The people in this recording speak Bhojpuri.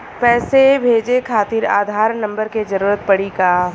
पैसे भेजे खातिर आधार नंबर के जरूरत पड़ी का?